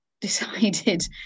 decided